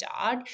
dog